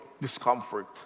discomfort